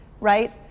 right